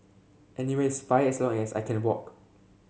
anywhere is fine as long as I can walk